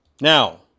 Now